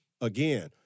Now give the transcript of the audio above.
again